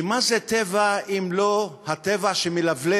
כי מה זה טבע, אם לא הטבע שמלבלב,